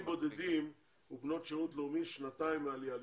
בודדים ובנות שירות לאומי, שנתיים מהעלייה לישראל.